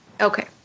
Okay